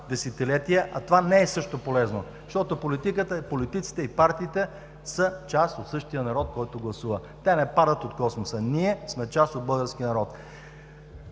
десетилетия, а това също не е полезно, защото политиката, политиците и партиите са част от същия народ, който гласува, те не падат от космоса – ние сме част от българския народ.